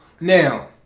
Now